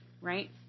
Right